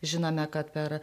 žinome kad per